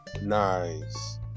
nice